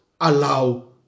allow